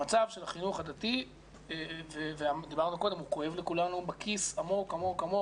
המצב של החינוך הדתי כואב לכולנו בכיס עמוק-עמוק,